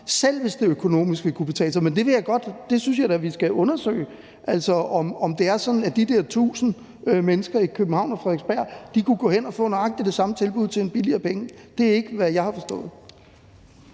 selv hvis det økonomisk kunne betale sig. Men det synes jeg da, vi skal undersøge, altså om det er sådan, at de der 1.000 mennesker i København og på Frederiksberg kunne gå hen og få nøjagtig det samme tilbud til en billigere penge. Det er ikke, hvad jeg har forstået.